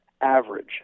average